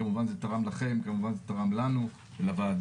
כמובן שזה תרם לכם וכמובן גם לנו ולוועדה.